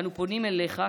אנו פונים אליך,